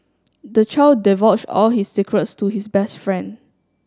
the child divulged all his secrets to his best friend